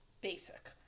basic